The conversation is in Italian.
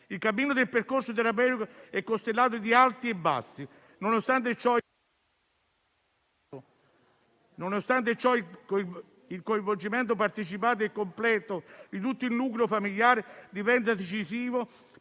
Il cammino del percorso terapeutico è costellato di alti e bassi; nonostante ciò, il coinvolgimento partecipato e completo di tutto il nucleo familiare diventa decisivo